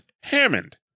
Hammond